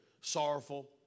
sorrowful